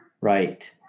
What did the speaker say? right